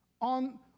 on